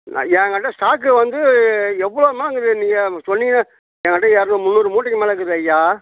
நான் ஏன்கிட்ட ஸ்டாக்கு வந்து எவ்வளோண்ணாலும் இருக்குது நீங்கள் சொன்னீங்கன்னா ஏன்கிட்டே இரநூறு முந்நூறு மூட்டைக்கு மேலே இருக்குது ஐயா